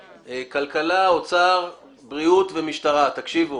כלכלה, אוצר, בריאות ומשטרה, תקשיבו.